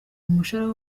umushahara